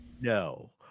No